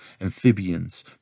amphibians